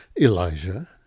Elijah